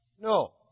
No